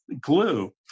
glue